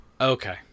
okay